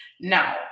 Now